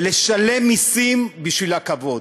ולשלם מסים בשביל הכבוד.